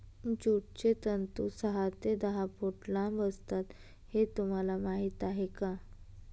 ज्यूटचे तंतू सहा ते दहा फूट लांब असतात हे तुम्हाला माहीत आहे का